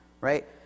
right